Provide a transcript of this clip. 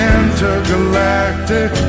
Intergalactic